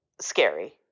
Scary